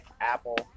Apple